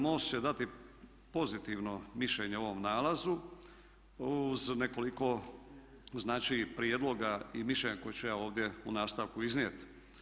MOST će dati pozitivno mišljenje o ovom nalazu uz nekoliko znači prijedloga i mišljenja koje ću ja ovdje u nastavku iznijeti.